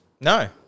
No